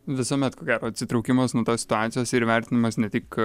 visuomet ko gero atsitraukimas nuo tos situacijos ir įvertinimas ne tik